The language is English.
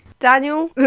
Daniel